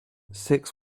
six